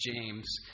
James